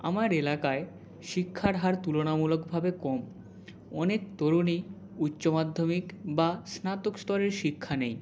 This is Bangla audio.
আমার এলাকায় শিক্ষার হার তুলনামূলকভাবে কম অনেক তরুণীর উচ্চ মাধ্যমিক বা স্নাতক স্তরের শিক্ষা নেই